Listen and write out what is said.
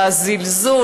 הזלזול,